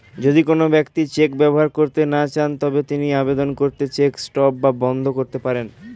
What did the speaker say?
যদি কোন ব্যক্তি চেক ব্যবহার করতে না চান তবে তিনি আবেদন করে চেক স্টপ বা বন্ধ করতে পারেন